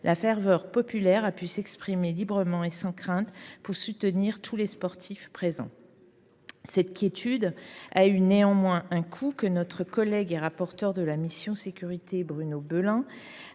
la ferveur populaire a pu s’exprimer librement et sans crainte pour soutenir tous les sportifs présents. Cette quiétude a eu néanmoins un coût que notre collègue et rapporteur spécial de la mission « Sécurités », Bruno Belin,